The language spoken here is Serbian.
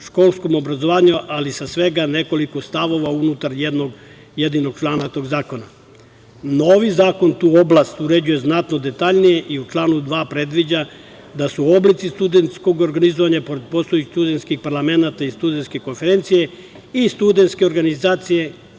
visokoškolskom obrazovanju, ali sa svega nekoliko stavova unutar jednog jedinog člana tog zakona. Novi zakon tu oblast uređuje znatno detaljnije i u članu 2. predviđa da su oblici studentskog organizovanja, pored postojećih studentskih parlamenata i studentske konferencije i studentske organizacije,